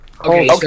Okay